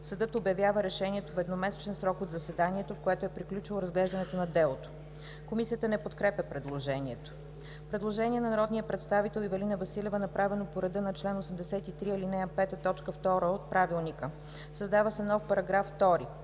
Съдът обявява решението в едномесечен срок от заседанието, в което е приключило разглеждането на делото.“ Комисията не подкрепя предложението. Предложение на народния представител Ивелина Василева, направено по реда на чл. 83, ал. 5, т. 2 от ПОДНС. Комисията подкрепя